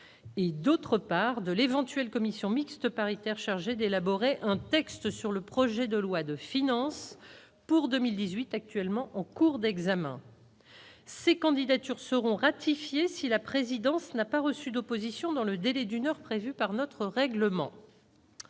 et d'autre part de l'éventuelle commission mixte paritaire chargée d'élaborer un texte sur le projet de loi de finances pour 2018 actuellement en cours d'examen ces candidatures seront ratifiées si la présidence n'a pas reçu d'opposition dans le délai d'une heure prévue par notre règlement.